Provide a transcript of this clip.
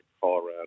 Colorado